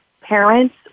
parents